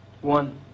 One